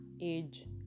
age